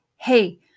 Hey